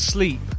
Sleep